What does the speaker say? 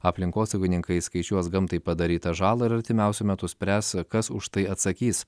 aplinkosaugininkai skaičiuos gamtai padarytą žalą ir artimiausiu metu spręs kas už tai atsakys